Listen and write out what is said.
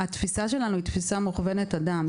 התפיסה שלנו היא תפיסה מכוונת אדם.